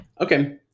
Okay